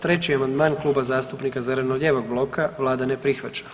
Treći amandman Kluba zastupnika zeleno-lijevog bloka, vlada ne prihvaća.